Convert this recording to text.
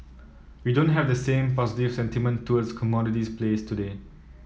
we don't have the same positive sentiment towards commodities plays today